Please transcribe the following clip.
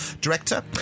director